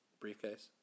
briefcase